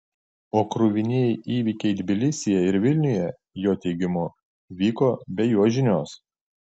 o kruvinieji įvykiai tbilisyje ir vilniuje jo teigimu vyko be jo žinios